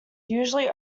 usually